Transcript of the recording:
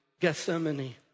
Gethsemane